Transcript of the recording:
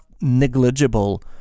negligible